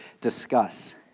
discuss